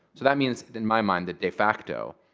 so that means, in my mind, that de facto,